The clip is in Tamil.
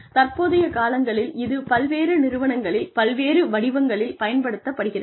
தற்போதைய காலங்களில் இது பல்வேறு நிறுவனங்களில் பல்வேறு வடிவங்களில் பயன்படுத்தப்படுகிறது